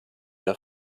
der